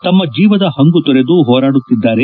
ತಮ್ಮ ಜೀವದ ಪಂಗು ತೊರೆದು ಹೋರಾಡುತ್ತಿದ್ದಾರೆ